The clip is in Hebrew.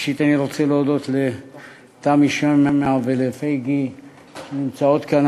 ראשית אני רוצה להודות לתמי שמע ולפייגי שנמצאות כאן,